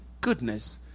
goodness